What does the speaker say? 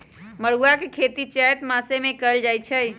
मरुआ के खेती चैत मासमे कएल जाए छै